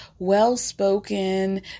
well-spoken